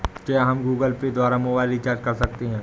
क्या हम Google Pay द्वारा मोबाइल रिचार्ज कर सकते हैं?